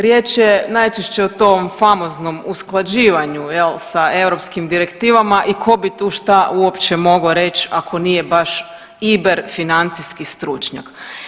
Riječ je najčešće o tom famoznom usklađivanju sa europskim direktivama i tko bi tu šta uopće mogao reći ako nije baš iber financijski stručnjak.